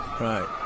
right